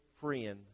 friend